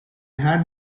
had